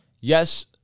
Yes